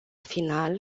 final